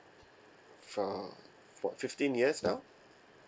for for fifteen years now